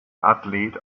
athlet